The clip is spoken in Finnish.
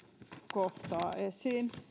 kohtaa